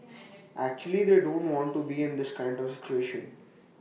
actually they don't want to be in this kind of situation